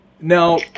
Now